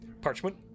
parchment